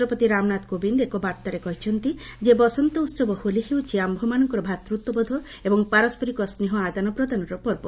ରାଷ୍ଟ୍ରପତି ରାମନାଥ କୋବିନ୍ଦ ଏକ ବାର୍ତ୍ତାରେ କହିଛନ୍ତି ଯେ ବସନ୍ତ ଉତ୍ସବ ହୋଲି ହେଉଛି ଆୟମାନଙ୍କର ଭ୍ରାତୃତ୍ୱବୋଧ ଏବଂ ପାରସ୍କରିକ ସ୍ନେହ ଆଦାନ ପ୍ରଦାନର ପର୍ବ